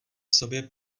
sobě